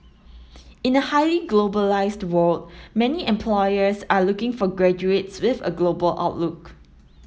in a highly globalised world many employers are looking for graduates with a global outlook